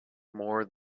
more